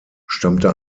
stammte